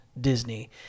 Disney